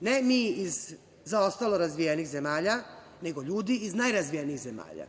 ne mi iz zaostalo razvijenih zemalja, nego ljudi iz najrazvijenijih zemalja.